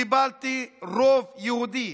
קיבלתי רוב יהודי,